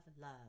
love